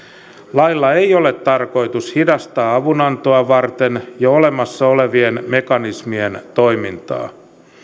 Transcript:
lailla ei ole tarkoitus hidastaa avunantoa varten jo olemassa olevien mekanismien toimintaa